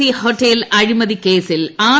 C hotel അഴിമതി കേസിൽ R